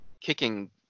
kicking